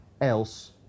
else